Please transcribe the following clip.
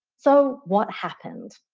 so what happened?